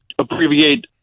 abbreviate